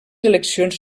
eleccions